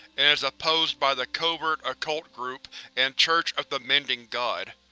and is opposed by the covert occult group and church of the mending god.